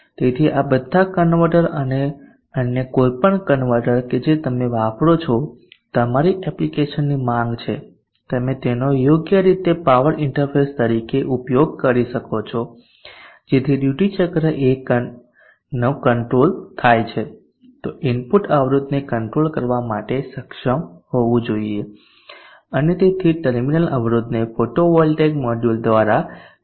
તેથી આ બધા કન્વર્ટર અને અન્ય કોઈપણ કન્વર્ટર કે જે તમે વાપરો છો તમારી એપ્લિકેશનની માંગ છે તમે તેનો યોગ્ય રીતે પાવર ઇન્ટરફેસ તરીકે ઉપયોગ કરી શકો છો જેથી ડ્યુટી ચક્ર ને કંટ્રોલ થાય તો ઇનપુટ અવરોધને કંટ્રોલ કરવા માટે સક્ષમ હોવું જોઈએ અને તેથી ટર્મિનલ અવરોધ ને ફોટોવોલ્ટેઇક મોડ્યુલ દ્વારા જોઈ શકાય છે